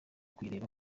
kuyireba